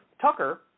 Tucker